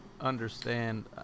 understand